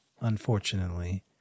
Unfortunately